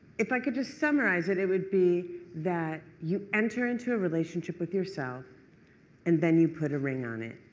if i could just summarize it, it would be that you enter into a relationship with yourself and then you put a ring on it.